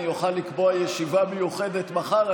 אני אוכל לקבוע ישיבה מיוחדת מחר,